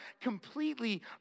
completely